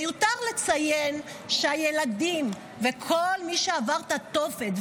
מיותר לציין שהילדים וכל מי שעבר את התופת,